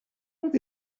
where